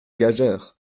gageure